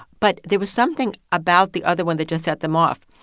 but there was something about the other one that just set them off.